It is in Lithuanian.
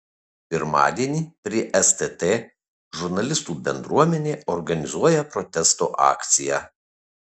pirmadienį prie stt žurnalistų bendruomenė organizuoja protesto akciją